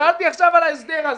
שאלתי עכשיו על ההסדר הזה.